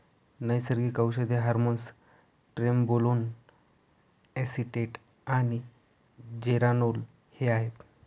नैसर्गिक औषधे hormones trenbolone acetate आणि जेरानोल हे आहेत